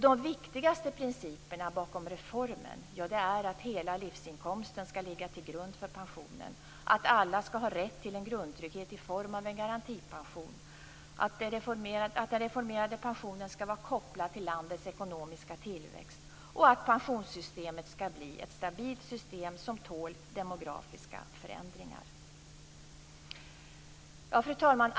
De viktigaste principerna bakom reformen är att hela livsinkomsten skall ligga till grund för pensionen, att alla skall ha rätt till en grundtrygghet i form av en garantipension, att den reformerade pensionen skall vara kopplad till landets ekonomiska tillväxt och att pensionssystemet skall bli ett stabilt system som tål demografiska förändringar. Fru talman!